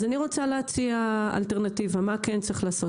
אז אני רוצה להציע אלטרנטיבה, מה כן צריך לעשות.